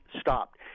stopped